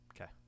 Okay